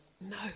No